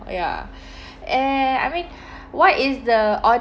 oh ya eh I mean what is the oddest